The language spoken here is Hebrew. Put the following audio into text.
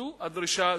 זו הדרישה,